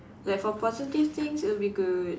like for positive things it'll be good